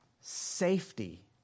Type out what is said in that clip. safety